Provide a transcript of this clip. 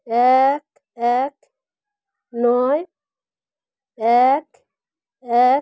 এক এক নয় এক এক